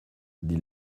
dit